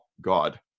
God